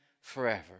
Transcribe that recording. forever